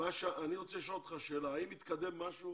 אני רוצה לשאול אותך שאלה, האם התקדם משהו